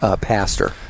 pastor